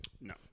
No